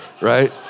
right